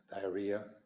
diarrhea